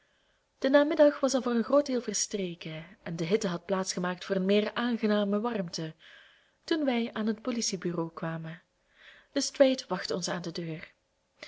de namiddag was al voor een groot deel verstreken en de hitte had plaats gemaakt voor een meer aangename warmte toen wij aan het politiebureau kwamen lestrade wachtte ons aan de deur